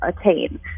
attain